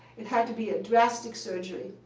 it had to be a drastic surgery.